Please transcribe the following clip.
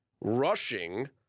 rushing –